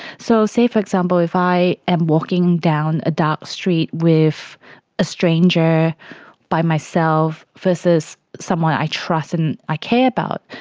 so say, for example, if i am walking down a dark street with a stranger by myself versus someone i trust and i care about,